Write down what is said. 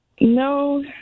No